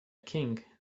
king